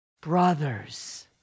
brothers